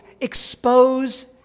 expose